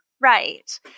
Right